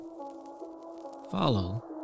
Follow